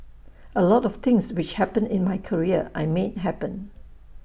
A lot of things which happened in my career I made happen